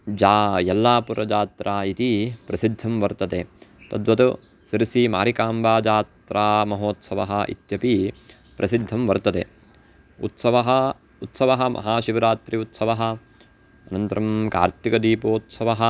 जा यल्लापुरजात्रा इति प्रसिद्धं वर्तते तद्वत् सिरसीमारिकाम्बाजात्रामहोत्सवः इत्यपि प्रसिद्धं वर्तते उत्सवः उत्सवः महाशिवरात्रि उत्सवः अनन्तरं कार्तिकदीपोत्सवः